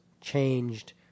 changed